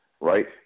right